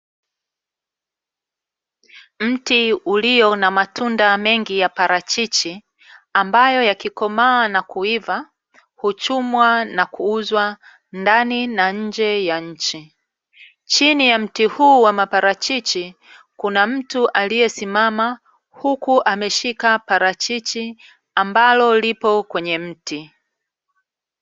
Mti ulio na matunda mengi ya parachichi, ambayo yakikomaa na kuiva huchumwa na kuuzwa ndani na nje ya nchi. Chini ya mti huu wa maparachichi kuna mtu aliesimama huku ameshika parachichi ambalo lipo kwenye mti.